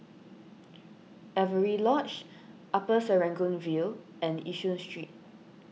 Avery Lodge Upper Serangoon View and Yishun Street